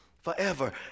forever